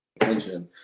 attention